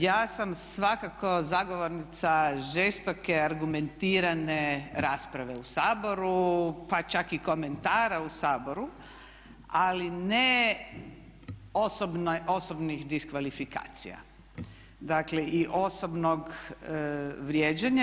Ja sam svakako zagovornica žestoke, argumentirane rasprave u Saboru pa čak i komentara u Saboru ali ne osobnih diskvalifikacija, dakle i osobnog vrijeđanja.